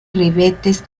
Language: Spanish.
ribetes